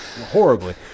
Horribly